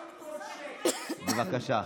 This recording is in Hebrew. בבקשה.